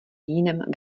jiném